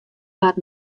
waard